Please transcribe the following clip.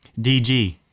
DG